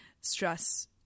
stress